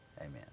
Amen